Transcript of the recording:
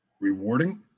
rewarding